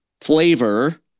flavor